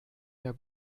mehr